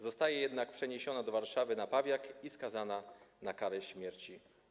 Zostaje jednak przeniesiona do Warszawy na Pawiak i skazana na karę śmierci.